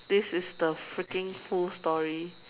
this is the freaking whole story